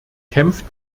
kämpft